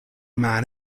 man